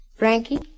Frankie